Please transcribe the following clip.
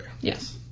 Yes